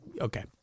okay